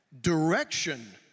Direction